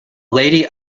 lady